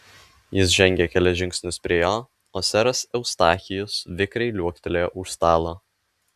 jis žengė kelis žingsnius prie jo o seras eustachijus vikriai liuoktelėjo už stalo